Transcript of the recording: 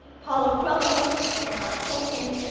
paulo coelho, j. r. r. tolkien,